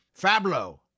Fablo